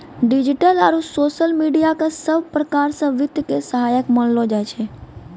digital आरू social media क सब प्रकार स वित्त के सहायक मानलो जाय छै